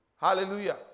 Hallelujah